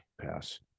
pass